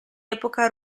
epoca